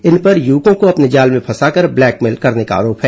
इन पर युवकों को अपने जाल में फंसाकर ब्लैकमेल करने का आरोप है